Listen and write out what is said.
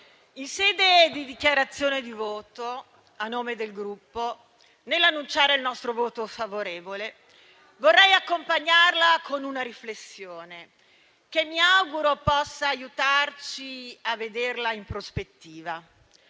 in sede di dichiarazione di voto, a nome del Gruppo, nell'annunciare il nostro voto favorevole, vorrei accompagnarla con una riflessione che mi auguro possa aiutarci a vederla in prospettiva.